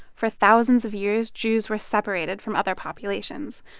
for thousands of years, jews were separated from other populations.